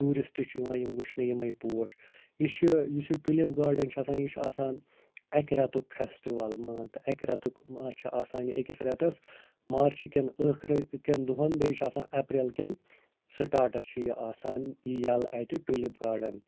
tourist چھِ یِوان یِم وُچھنہِ یِمے پوش یہِ چھُ یُس یہِ ٹُلِپ گارڈٕن چھُ آسان یہِ چھُ آسان اَکہِ رٮ۪تُک فیسٹٕول مان تہٕ اَکہِ رٮ۪تُک چھِ آسان یہِ أکِس رٮ۪تس مارچہِ کٮ۪ن ٲخری کٮ۪ن دۄہن بیٚیہِ چھُ آسان اپریل کٮ۪ن سِٹارٹس چھُ یہِ آسان یلہٕ اَتہِ ٹُلِپ گارڈٕن